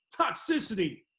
toxicity